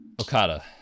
Okada